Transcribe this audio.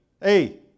hey